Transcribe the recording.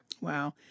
Wow